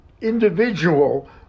individual